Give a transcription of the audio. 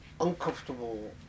uncomfortable